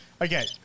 Okay